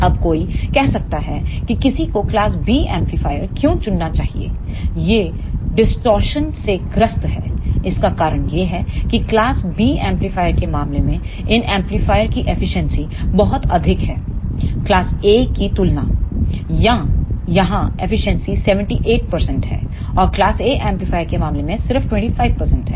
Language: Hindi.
अब कोई कह सकता है कि किसी को क्लास B एम्पलीफायर क्यों चुनना चाहिए यह डिस्टॉर्शन से ग्रस्त है इसका कारण यह है कि क्लास B एम्पलीफायर के मामले में इन एम्पलीफायर की एफिशिएंसी बहुत अधिक है क्लास A की तुलना यहां एफिशिएंसी 78 है और क्लास A एम्पलीफायर के मामले में सिर्फ 25 है